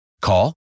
Call